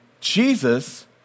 Jesus